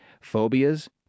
Phobias